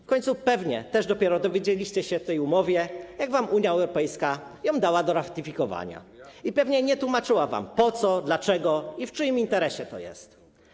W końcu pewnie też dopiero dowiedzieliście się o tej umowie, jak wam Unia Europejska ją dała do ratyfikowania, i pewnie nie tłumaczyła wam, po co, dlaczego i w czyim interesie to jest.